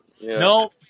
no